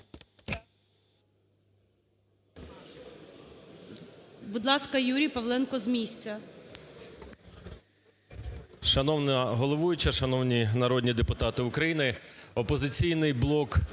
Будь ласка, Юрій Павленко, з місця.